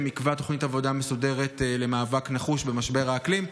יקבע תוכנית עבודה מסודרת למאבק נחוש במשבר האקלים.